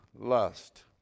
lust